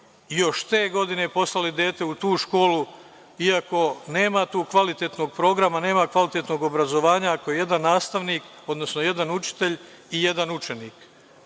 još te godine poslali dete u tu školu iako nema tu kvalitetnog programa, nema kvalitetnog obrazovanja ako je jedan nastavnik, odnosno jedan učitelj i jedan učenik.